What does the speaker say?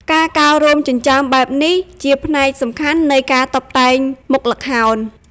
ការកោររោមចិញ្ចើមបែបនេះ ជាផ្នែកសំខាន់នៃការតុបតែងមុខល្ខោន។